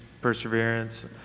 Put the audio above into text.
perseverance